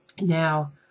Now